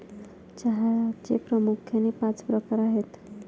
चहाचे प्रामुख्याने पाच प्रकार आहेत